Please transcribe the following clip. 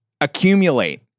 accumulate